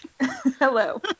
Hello